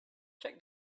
check